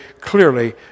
clearly